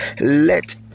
let